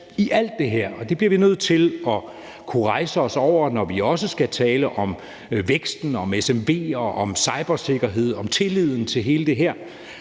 i alt det her – og det bliver vi nødt til at kunne rejse os over, når vi også skal tale om væksten, om SMV'er, om cybersikkerhed, om tilliden til hele det her